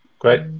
Great